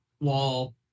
wall